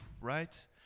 right